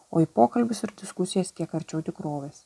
o į pokalbius ir diskusijas kiek arčiau tikrovės